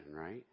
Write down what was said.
right